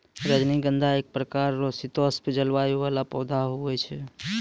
रजनीगंधा एक प्रकार रो शीतोष्ण जलवायु वाला पौधा हुवै छै